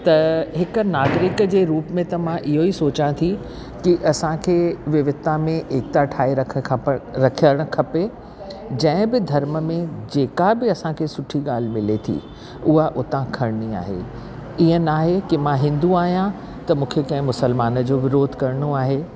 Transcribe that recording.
त हिकु नागरिक जे रूप में त मां इहेई सोचा थी की असांखे विविधता में एकता ठाहे रखे खप रखयणु खपे जंहिं बि धर्म में जेका बि असांखे सुठी ॻाल्हि मिले थी हूअ उता खणिणी आहे ईअं ना आहे की मां हिंदू आहियां त मूंखे कंहिं मुसलमान जो विरोध करिणो आहे